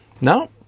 No